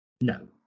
no